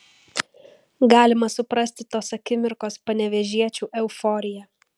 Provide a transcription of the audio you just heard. galima suprasti tos akimirkos panevėžiečių euforiją